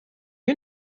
you